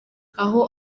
aho